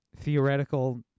theoretical